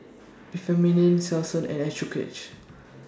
Remifemin Selsun and Accucheck